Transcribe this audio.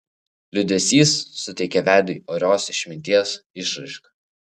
liūdesys suteikė veidui orios išminties išraišką